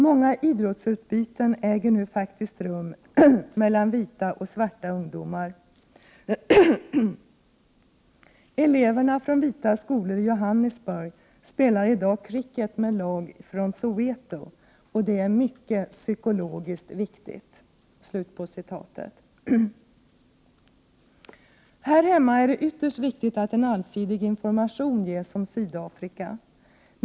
Många idrottsutbyten äger nu faktiskt rum mellan vita och svarta ungdomar. Eleverna från vita skolor i Johannesburg spelar i dag cricket med lag från Soweto, och det är mycket psykologiskt viktigt.” Här hemma är det ytterst viktigt att en allsidig information ges om Sydafrika.